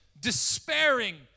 despairing